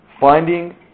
finding